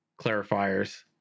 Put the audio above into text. clarifiers